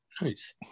nice